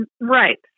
Right